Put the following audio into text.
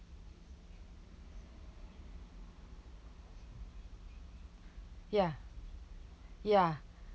ya ya